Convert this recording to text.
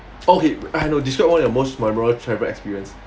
okay I know describe one of your most memorable travel experience